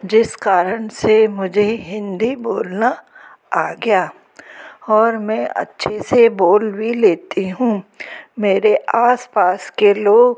जिस कारण से मुझे हिन्दी बोलना आ गया और मैं अच्छे से बोल भी लेती हूँ मेरे आस पास के लोग